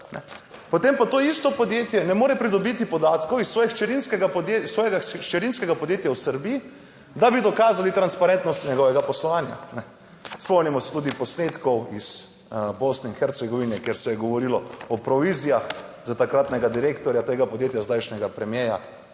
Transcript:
potem pa to isto podjetje ne more pridobiti podatkov iz svojega hčerinskega, svojega hčerinskega podjetja v Srbiji, da bi dokazali transparentnost njegovega poslovanja, kajne. Spomnimo se tudi posnetkov iz Bosne in Hercegovine, kjer se je govorilo o provizijah za takratnega direktorja tega podjetja, zdajšnjega premierja